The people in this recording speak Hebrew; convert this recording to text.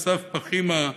אסף פחימה,